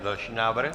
Další návrh.